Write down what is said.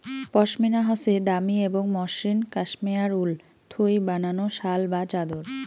পশমিনা হসে দামি এবং মসৃণ কাশ্মেয়ার উল থুই বানানো শাল বা চাদর